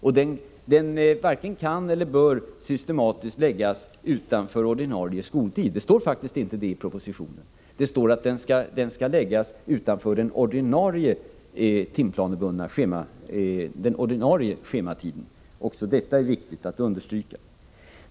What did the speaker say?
Men den varken kan eller bör systematiskt läggas utanför ordinarie skoltid — det står faktiskt inte det i propositionen. Det står att den skall läggas utanför den ordinarie schematiden. Också detta är värt att understrykas.